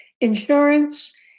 Insurance